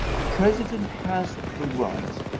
the president has the right